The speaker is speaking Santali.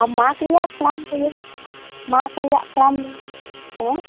ᱢᱟᱜᱽ ᱨᱮᱭᱟᱜ ᱛᱷᱚᱲᱟᱢ ᱞᱟᱹᱭᱟᱹᱧ ᱠᱷᱟᱱ ᱢᱟᱜᱽ ᱨᱮᱭᱟᱜ ᱛᱷᱚᱲᱟᱢ ᱞᱟᱹᱭᱟᱹᱧ ᱦᱮᱸ